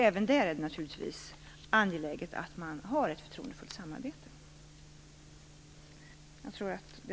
Även där är det naturligtvis angeläget att man har ett förtroendefullt samarbete.